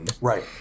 Right